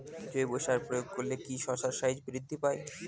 জৈব সার প্রয়োগ করলে কি শশার সাইজ বৃদ্ধি পায়?